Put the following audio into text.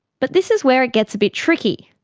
but this is where it gets a bit tricky.